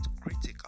critical